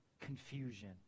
confusion